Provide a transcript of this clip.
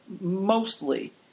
mostly